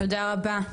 תודה רבה.